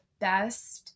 best